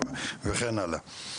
וכן הלאה.